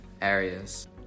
areas